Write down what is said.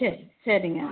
சரி சரிங்க